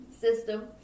system